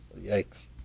Yikes